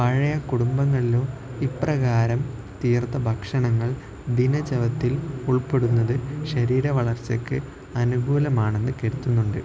പഴയ കുടുംബങ്ങളിലോ ഇപ്രകാരം തീർത്ത ഭക്ഷണങ്ങൾ ദിനചര്യയിൽ ഉൾപ്പെടുന്നത് ശരീര വളർച്ചയ്ക്ക് അനുകൂലമാണെന്ന് കരുത്തുന്നുണ്ട്